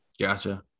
Gotcha